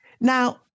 Now